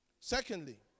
Secondly